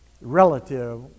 relative